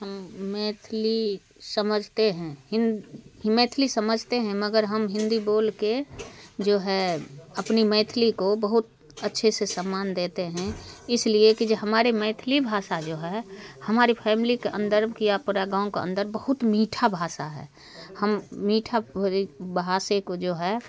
हम मैथिली समझते हैं हिन् मैथिली समझते हैं मगर हम हिंदी बोलके जो है अपनी मैथिली को बहुत अच्छे से सम्मान देते हैं इसलिए की जो हमारे मैथिलि भाषा जो है हमारी फ़ैमली के अंदर की पूरा गाँव के अंदर बहुत मीठा भाषा है हम मीठा भरी भाषे को जो है